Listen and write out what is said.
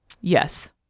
Yes